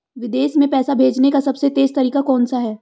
विदेश में पैसा भेजने का सबसे तेज़ तरीका कौनसा है?